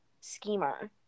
schemer